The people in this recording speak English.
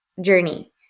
journey